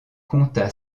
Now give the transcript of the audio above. compta